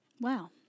Wow